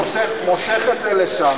למה אתה מושך את זה לשם?